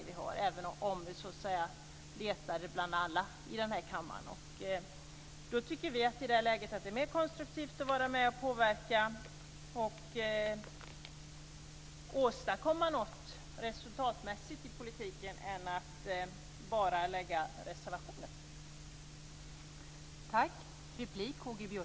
I det läget är det mer konstruktivt att vara med att påverka och åstadkomma någonting resultatmässigt i politiken än att bara avge reservationer.